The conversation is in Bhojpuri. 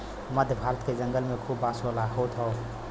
मध्य भारत के जंगल में खूब बांस होत हौ